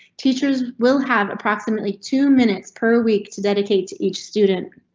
teachers will have approximately two minutes per week to dedicate to each student.